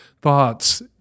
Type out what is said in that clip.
thoughts